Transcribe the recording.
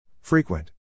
Frequent